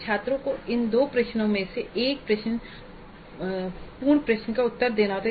और छात्र को इन दो प्रश्नों में से एक पूर्ण प्रश्न का उत्तर देना है